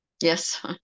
Yes